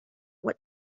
what